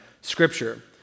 Scripture